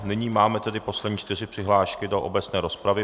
Nyní máme tedy poslední čtyři přihlášky do obecné rozpravy.